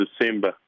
December